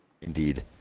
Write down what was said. Indeed